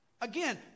Again